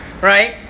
right